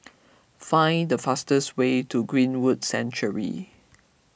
find the fastest way to Greenwood Sanctuary